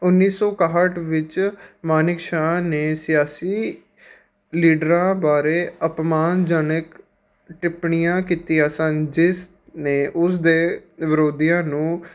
ਉੱਨੀ ਸੌ ਇੱਕਾਹਠ ਵਿੱਚ ਮਾਨਿਕ ਸ਼ਾਹ ਨੇ ਸਿਆਸੀ ਲੀਡਰਾਂ ਬਾਰੇ ਅਪਮਾਨਜਨਕ ਟਿੱਪਣੀਆਂ ਕੀਤੀਆਂ ਸਨ ਜਿਸ ਨੇ ਉਸਦੇ ਵਿਰੋਧੀਆਂ ਨੂੰ